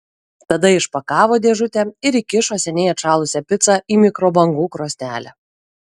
tada išpakavo dėžutę ir įkišo seniai atšalusią picą į mikrobangų krosnelę